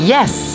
Yes